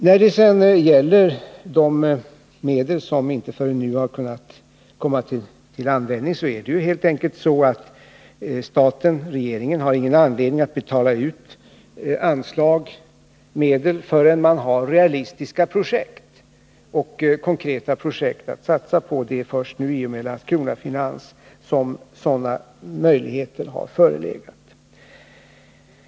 När det sedan gäller de medel som inte förrän nu har kunnat komma till användning är det ju helt enkelt så, att regeringen inte har anledning att betala ut medel förrän det finns realistiska, konkreta projekt att satsa på. Det är först nu, i och med bildandet av Landskrona Finans, som sådana möjligheter föreligger.